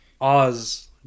Oz